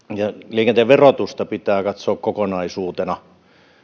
liikenteen verotusta pitää katsoa kokonaisuutena